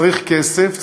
צריך כסף,